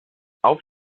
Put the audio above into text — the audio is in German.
auf